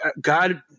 God